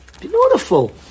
Beautiful